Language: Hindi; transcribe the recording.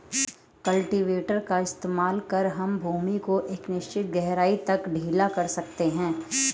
कल्टीवेटर का इस्तेमाल कर हम भूमि को एक निश्चित गहराई तक ढीला कर सकते हैं